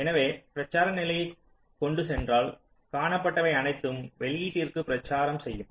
எனவே பிரச்சார நிலையை கொண்டு சென்றால் காணப்பட்டவை அனைத்தும் வெளியீட்டிற்கு பிரச்சாரம் செய்யும்